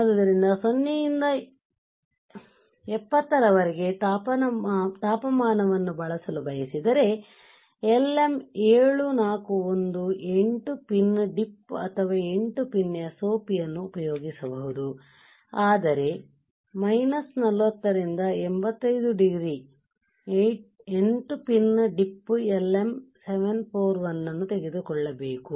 ಆದ್ದರಿಂದ 0 ಯಿಂದ 70 ರವರೆಗೆ ತಾಪಮಾನವನ್ನು ಬಳಸಲು ಬಯಸಿದರೆ LM 741 8 ಪಿನ್ DIP ಅಥವಾ 8 ಪಿನ್ SOP ಯನ್ನು ಉಪಯೋಗಿಸಬಹುದು ಆದರೆ 40 ರಿಂದ 85 ಡಿಗ್ರಿ ಆದರೆ 8 ಪಿನ್ DIP LM 741 ನ್ನು ತೆಗೆದುಕೊಳ್ಳಬೇಕು